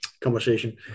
conversation